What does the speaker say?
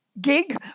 gig